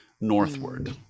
northward